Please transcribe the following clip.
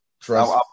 trust